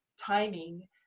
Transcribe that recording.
timing